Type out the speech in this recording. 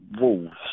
Wolves